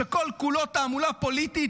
שכל כולו תעמולה פוליטית,